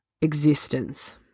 existence